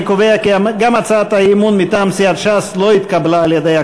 אני קובע כי גם הצעת האי-אמון מטעם סיעת ש"ס לא התקבלה על-ידי הכנסת.